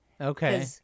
Okay